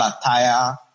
attire